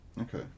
Okay